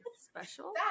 special